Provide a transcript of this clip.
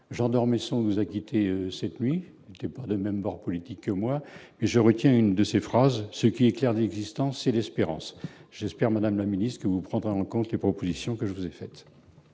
Jean d'Ormesson, nous a quitté cette nuit pas de même bord politique, moi je retiens une de ces phrases, ce qui est clair, dit existence et d'espérance, j'espère, Madame la Ministre, que vous prendra en compte les propositions que je vous ai fait.